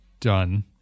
done